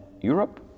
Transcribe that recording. Europe